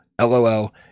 lol